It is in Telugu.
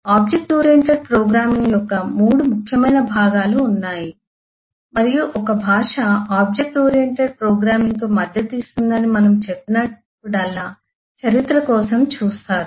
ఆబ్జెక్ట్ ఓరియెంటెడ్ ప్రోగ్రామింగ్ యొక్క 3 ముఖ్యమైన భాగాలు ఉన్నాయి మరియు ఒక భాష ఆబ్జెక్ట్ ఓరియెంటెడ్ ప్రోగ్రామింగ్కు మద్దతు ఇస్తుందని మనము చెప్పినప్పుడల్లా చరిత్ర కోసం చూస్తారు